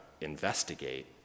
investigate